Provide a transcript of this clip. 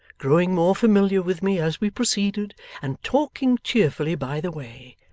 growing more familiar with me as we proceeded and talking cheerfully by the way,